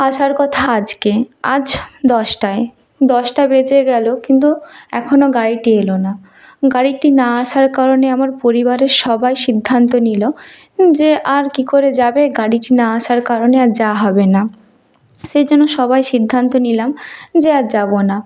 আসার কথা আজকে আজ দশটায় দশটা বেজে গেল কিন্তু এখনও গাড়িটি এল না গাড়িটি না আসার কারণে আমার পরিবারের সবাই সিদ্ধান্ত নিল যে আর কী করে যাবে গাড়িটি না আসার কারণে আর যাওয়া হবে না সেইখানে সবাই সিদ্ধান্ত নিলাম যে আর যাব না